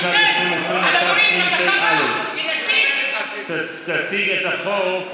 (תיקון מס' 218, הוראת